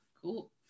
Cool